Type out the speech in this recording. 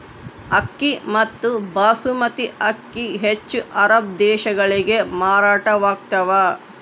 ಅಕ್ಕಿ ಮತ್ತು ಬಾಸ್ಮತಿ ಅಕ್ಕಿ ಹೆಚ್ಚು ಅರಬ್ ದೇಶಗಳಿಗೆ ಮಾರಾಟವಾಗ್ತಾವ